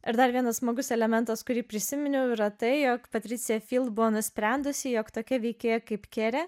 ir dar vienas smagus elementas kurį prisiminiau yra tai jog patricija buvo nusprendusi jog tokia veikėja kaip kere